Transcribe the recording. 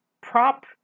prop